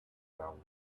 round